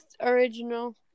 original